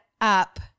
up